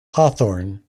hawthorne